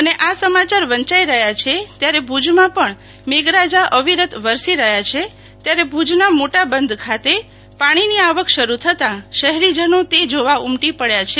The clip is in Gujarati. અને આ સમાચાર વંયાઈ રહ્યા છે ત્યારે સાથે સાથે ભુજમાં પણ મેઘરાજા અવિરત વરસી રહ્યા છે ત્યારે ભુજના મોટા બંધ ખાતે પાણીની આવક શરૂ થતા શહેરીજનો જોવા ઉમટી પડ્યા છે